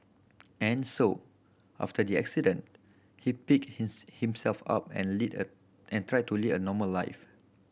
and so after the accident he picked his himself up and lead a and tried to lead a normal life